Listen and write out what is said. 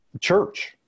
church